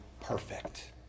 perfect